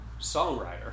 songwriter